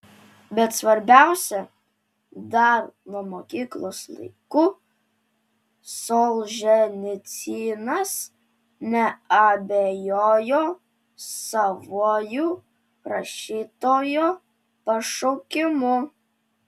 bet svarbiausia dar nuo mokyklos laikų solženicynas neabejojo savuoju rašytojo pašaukimu